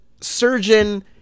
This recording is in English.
surgeon